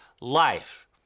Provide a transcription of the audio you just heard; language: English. life